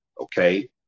Okay